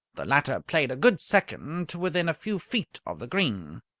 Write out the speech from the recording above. the latter played a good second to within a few feet of the green.